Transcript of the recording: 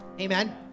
Amen